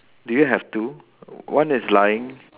do you have two one is lying